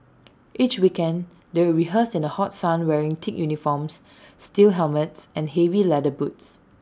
each weekend they would rehearse in the hot sun wearing thick uniforms steel helmets and heavy leather boots